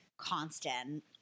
constant